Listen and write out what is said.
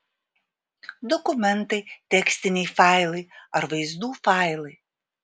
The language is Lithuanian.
dokumentai tekstiniai failai ar vaizdų failai